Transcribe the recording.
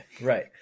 right